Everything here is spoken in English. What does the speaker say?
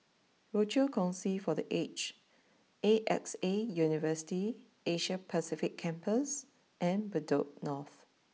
Rochor Kongsi for the Aged A X A University Asia Pacific Campus and Bedok North